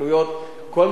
כל מה שאתה רוצה להגיד,